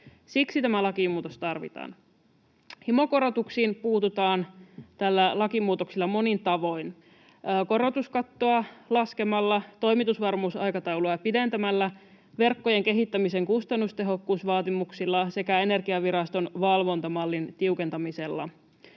Siksi tämä lakimuutos tarvitaan. Himokorotuksiin puututaan tällä lakimuutoksella monin tavoin: korotuskattoa laskemalla, toimitusvarmuusaikataulua pidentämällä, verkkojen kehittämisen kustannustehokkuusvaatimuksilla sekä Energiaviraston valvontamallin tiukentamisella.